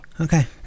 Okay